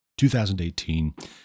2018